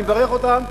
אני מברך אותם,